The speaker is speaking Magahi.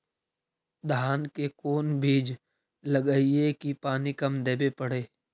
धान के कोन बिज लगईऐ कि पानी कम देवे पड़े?